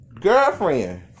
girlfriend